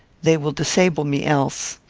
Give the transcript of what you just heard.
they will disable me else.